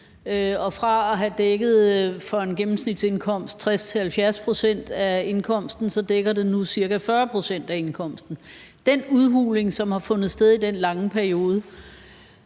og fra at have dækket 60-70 pct. af en gennemsnitsindkomst dækker det nu ca. 40 pct. af indkomsten. Den udhulning, som har fundet sted i den lange periode,